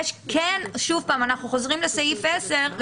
שוב פעם אנחנו חוזרים לסעיף 10,